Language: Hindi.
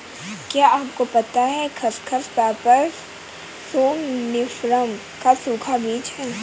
क्या आपको पता है खसखस, पैपर सोमनिफरम का सूखा बीज है?